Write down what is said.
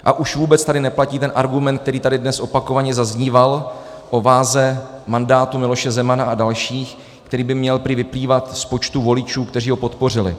A už vůbec tady neplatí ten argument, který tady dnes opakovaně zazníval, o váze mandátu Miloše Zemana a dalších, který by měl prý vyplývat z počtu voličů, kteří ho podpořili.